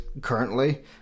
currently